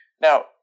Now